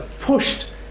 pushed